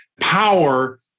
power